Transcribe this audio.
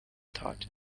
thought